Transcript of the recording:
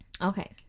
okay